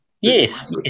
yes